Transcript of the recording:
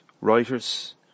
writers